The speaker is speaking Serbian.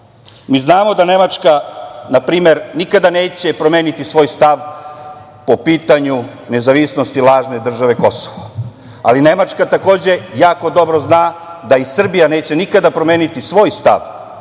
znamo da Nemačka, na primer, nikada neće promeniti svoj stav po pitanju nezavisnosti lažne države Kosovo. Ali, Nemačka takođe jako dobro zna da i Srbija neće nikada promeniti svoj stav